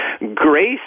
Grace